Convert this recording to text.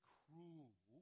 cruel